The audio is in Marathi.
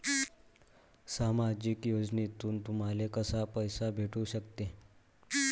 सामाजिक योजनेतून तुम्हाले कसा पैसा भेटू सकते?